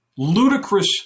Ludicrous